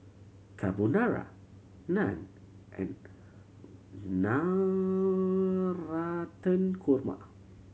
Carbonara Naan and Navratan Korma